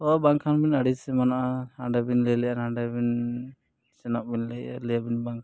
ᱦᱮᱸ ᱵᱟᱝᱠᱷᱟᱱ ᱟᱹᱲᱤᱥ ᱮᱢᱟᱱᱚᱜᱼᱟ ᱦᱟᱸᱰᱮ ᱵᱤᱱ ᱞᱟᱹᱭ ᱞᱮᱫᱼᱟ ᱱᱷᱟᱰᱮ ᱵᱤᱱ ᱥᱮᱱᱚᱜ ᱵᱤᱱ ᱞᱟᱹᱭᱮᱫᱼᱟ ᱞᱟᱹᱭ ᱟᱵᱤᱱ ᱵᱟᱝᱠᱷᱟᱱ